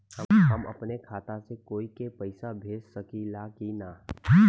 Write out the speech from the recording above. हम अपने खाता से कोई के पैसा भेज सकी ला की ना?